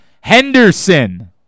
Henderson